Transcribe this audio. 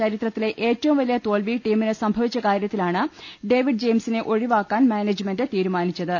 ചരിത്രത്തിലെ ഏറ്റവും വലിയ തോൽവി ടീമിന് സംഭവിച്ച കാര്യത്തിലാണ് ഡേവിഡ് ജെയിംസിനെ ഒഴിവാക്കാൻ മാനേ ജ്മെന്റ് തീരുമാനിച്ചത്